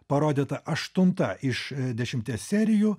parodyta aštunta iš dešimties serijų